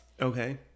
Okay